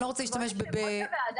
אני לא רוצה להשתמש בביטויים חמורים.